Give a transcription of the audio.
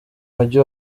mujyi